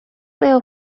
little